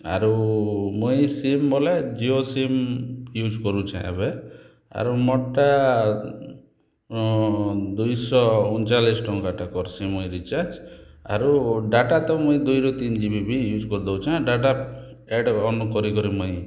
ଆରୁ ମୁଇଁ ସିମ୍ ବୋଲେ ଜିଓ ସିମ୍ ୟୁଜ୍ କରୁଛେ ଏବେ ଆରୁ ମୋରଟା ଦୁଇଶହ ଅଣଚାଳିଶି ଟଙ୍କାଟା କରସି ମୁଇଁ ରିଚାର୍ଜ ଆରୁ ଡାଟା ତ ମୁଇଁ ଦୁଇରୁ ତିନି ଜିବି ୟୁଜ୍ କରିଦଉଛି ନା ଡାଟା ଡାଟା ଅନ୍ କରିକରି ମୁଇଁ